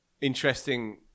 Interesting